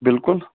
بلکل